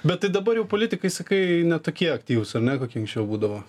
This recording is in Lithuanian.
bet tai dabar jau politikai sakai ne tokie aktyvūs ar ne kokie anksčiau būdavo